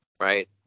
Right